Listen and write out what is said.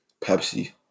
Pepsi